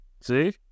See